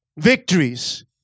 victories